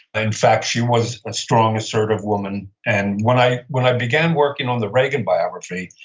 ah in fact, she was a strong, assertive woman. and when i when i began working on the reagan biography,